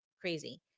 crazy